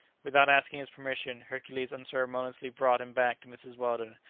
without asking his permission, hercules unceremoniously brought him back to mrs. weldon,